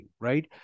right